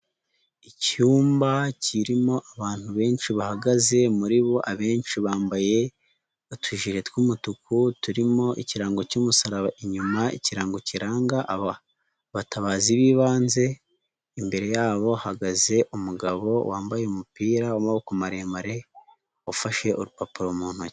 Icyumba kirimo abantu benshi bahagaze, muri bo abenshi bambaye utujiri tw'umutuku turimo ikirango cy'umusaraba, inyuma ikirango kiranga abatabazi b'ibanze, imbere yabo hahagaze umugabo wambaye umupira wa amaboko maremare ufashe urupapuro mu ntoki.